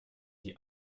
die